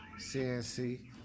CNC